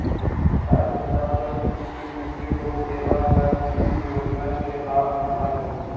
अठारह से पचास वर्ष के बीच मृत्यु हो गेला पर इ योजना के लाभ मिला हइ